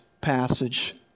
passage